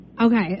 okay